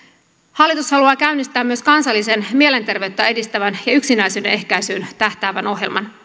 hallitus haluaa käynnistää myös kansallisen mielenterveyttä edistävän ja yksinäisyyden ehkäisyyn tähtäävän ohjelman